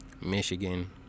Michigan